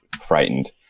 frightened